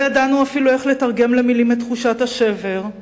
לא ידענו אפילו איך לתרגם למלים את תחושת השבר,